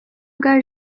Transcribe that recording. bwa